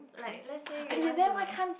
like let's say you want to